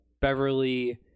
Beverly